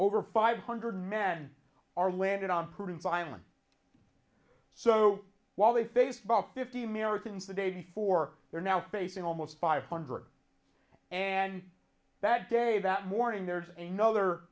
over five hundred men are landed on pretty violent so while they face about fifty marathons the day before they're now facing almost five hundred and that day that morning there's another